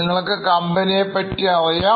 നിങ്ങൾക്ക് കമ്പനിയെ പറ്റി അറിയാം